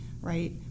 right